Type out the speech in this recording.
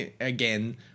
again